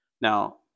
Now